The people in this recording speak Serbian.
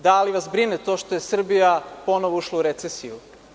Da li vas brine to što je Srbija ponovo ušla u recesiju?